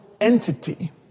entity